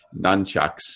nunchucks